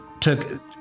took